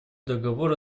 договора